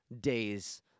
days